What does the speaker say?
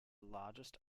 largest